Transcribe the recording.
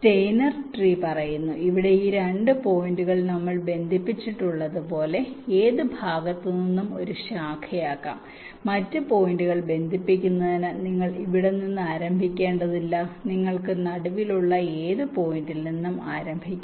Steiner tree പറയുന്നു ഇവിടെ ഈ 2 പോയിന്റുകൾ നമ്മൾ ബന്ധിപ്പിച്ചിട്ടുള്ളതുപോലെ ഏത് ഭാഗത്തുനിന്നും ഒരു ശാഖയാക്കാം മറ്റ് പോയിന്റുകൾ ബന്ധിപ്പിക്കുന്നതിന് നിങ്ങൾ ഇവിടെ നിന്ന് ആരംഭിക്കേണ്ടതില്ല നിങ്ങൾക്ക് നടുവിലുള്ള ഏത് പോയിന്റിൽ നിന്നും ആരംഭിക്കാം